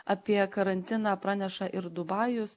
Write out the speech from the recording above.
apie karantiną praneša ir dubajus